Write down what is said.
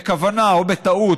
בכוונה או בטעות,